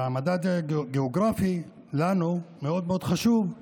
המדד הגיאוגרפי מאוד מאוד חשוב לנו,